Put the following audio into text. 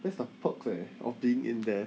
that's the perk eh of being in there